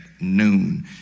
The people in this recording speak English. noon